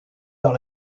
dans